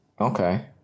Okay